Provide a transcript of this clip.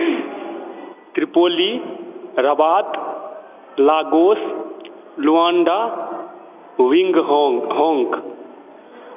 Tripoli Rabat Lagos Luanda विङ्गहोङ्ग होङ्क